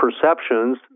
perceptions